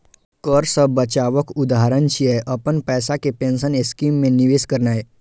कर सं बचावक उदाहरण छियै, अपन पैसा कें पेंशन स्कीम मे निवेश करनाय